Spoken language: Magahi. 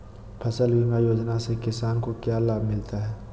फसल बीमा योजना से किसान को क्या लाभ मिलता है?